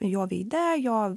jo veide jo